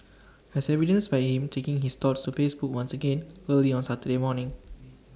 as evidenced by him taking his thoughts to Facebook once again early on Saturday morning